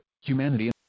humanity